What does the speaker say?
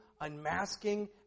unmasking